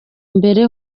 mbere